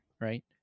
right